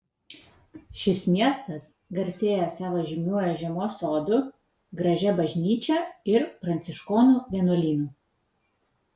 šis miestas garsėja savo žymiuoju žiemos sodu gražia bažnyčia ir pranciškonų vienuolynu